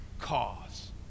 cause